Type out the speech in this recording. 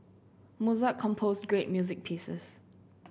Mozart composed great music pieces